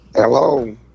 Hello